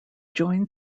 joined